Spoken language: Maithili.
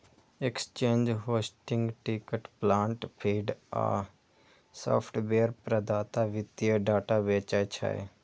exchange, hosting, ticker plant feed आ सॉफ्टवेयर प्रदाता वित्तीय डाटा बेचै छै